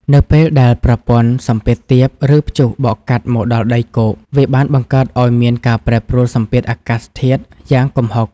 នៅពេលដែលប្រព័ន្ធសម្ពាធទាប ឬព្យុះបក់កាត់មកដល់ដីគោក វាបានបង្កើតឱ្យមានការប្រែប្រួលសម្ពាធអាកាសធាតុយ៉ាងគំហុក។